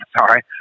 sorry